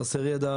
חסר ידע